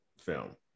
film